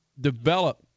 develop